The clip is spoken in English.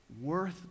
worth